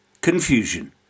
Confusion